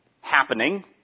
happening